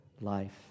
life